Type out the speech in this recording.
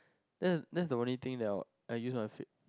that that's the only thing that I was I used my face